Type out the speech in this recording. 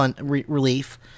relief